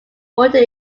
water